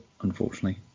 unfortunately